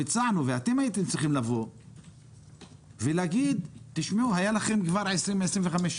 ואתם הייתם צריכים להגיד: היה לכם כבר 25 שנים.